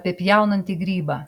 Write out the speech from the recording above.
apie pjaunantį grybą